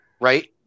right